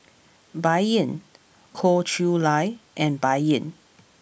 Bai Yan Goh Chiew Lye and Bai Yan